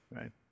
Right